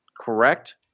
correct